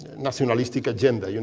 nationalistic agenda. you know